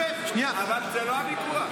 אבל זה לא הוויכוח.